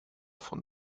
von